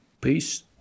Peace